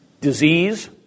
disease